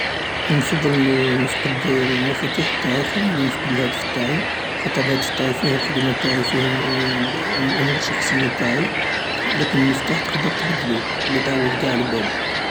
نفضل نفقد المفاتيح تاعي خير ملي نفقد الهاتف تاعي خاطر الهاتف تاعي فيه الخدمة تاعي فيه الأمور الشخصية تاعي لكن المفتاح تقدر تبدلو و تعوض قاع الباب.